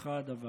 בידך הדבר.